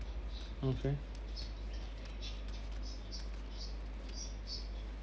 okay